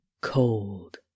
cold